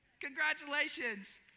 Congratulations